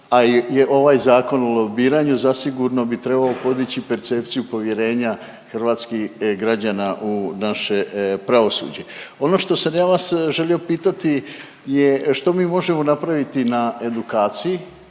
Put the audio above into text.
a i ovaj Zakon o lobiranju zasigurno bi trebao podići percepciju povjerenja hrvatskih građana u naše pravosuđe. Ono što sam ja vas želio pitati je što mi možemo napraviti na edukaciji